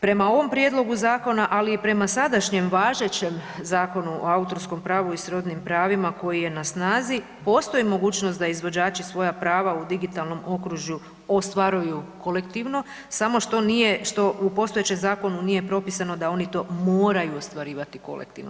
Prema ovom prijedlogu zakona ali i prema sadašnjem važećem zakonu o autorskom pravu i srodnim pravima koji je na snazi postoji mogućnost da izvođači svoja prava u digitalnom okružju ostvaruju kolektivno samo što nije, samo što u postojećem zakonu nije propisano da oni to moraju ostvarivati kolektivno.